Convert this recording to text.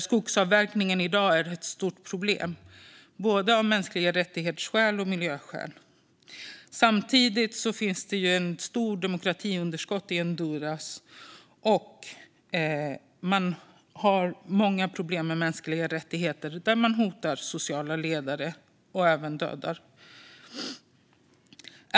Skogsavverkningen där är i dag ett stort problem vad avser både mänskliga rättigheter och miljö. Samtidigt finns ett stort demokratiunderskott i Honduras, och där finns många problem med mänskliga rättigheter. Man hotar och dödar sociala ledare.